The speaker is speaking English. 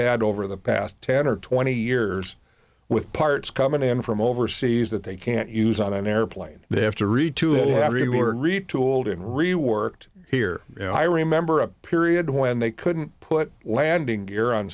had over the past ten or twenty years with parts coming in from overseas that they can't use on an airplane they have to read to him every word retooled and reworked here you know i remember a period when they couldn't put landing gear on